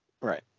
Right